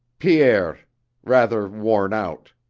pierre rather worn out.